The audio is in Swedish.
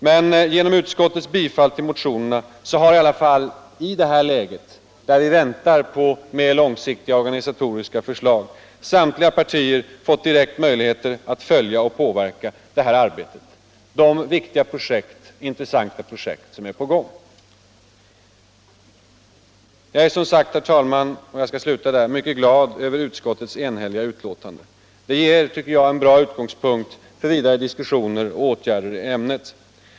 Men genom utskottets tillstyrkan av motionerna har i alla fall i detta läge, där vi väntar på mer långsiktiga organisatoriska förslag, samtliga partier fått direkta möjligheter att följa och påverka det här arbetet och de viktiga och intressanta projekt som är på gång. Herr talman! Jag är som sagt — och jag skall sluta där — mycket glad över utskottets enhälliga betänkande. Det ger, tycker jag, en bra utgångspunkt för vidare diskussioner och åtgärder på området.